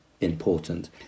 important